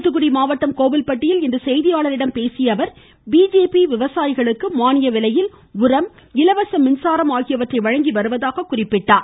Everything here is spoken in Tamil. துாத்துகுடி மாவட்டம் கோவில்பட்டியில் இன்று செய்தியாளர்களிடம் பேசிய அவர் பிஜேபி விவசாயிகளுக்கு மானிய விலையில் உரம் இலவச மின்சாரம் ஆகியவற்றை வழங்கி வருவதாக குறிப்பிட்டார்